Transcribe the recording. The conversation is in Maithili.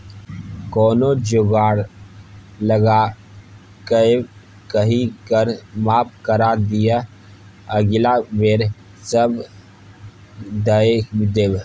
कोनो जोगार लगाकए एहि कर माफ करा दिअ अगिला बेर सभ दए देब